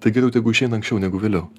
tai geriau tegu išeina anksčiau negu vėliau